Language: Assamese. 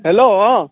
হেল্ল' অ